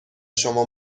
شما